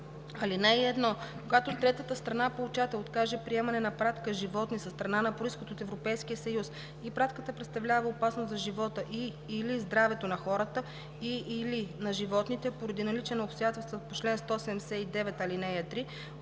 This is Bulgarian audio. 219б. (1) Когато трета страна получател откаже приемане на пратка с животни със страна на произход от Европейския съюз и пратката представлява опасност за живота и/или здравето на хората, и/или на животните, поради наличие на обстоятелство по чл. 179, ал. 3,